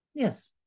Yes